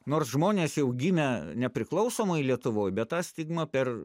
nors žmonės jau gimę nepriklausomoj lietuvoj bet ta stigma per